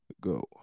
go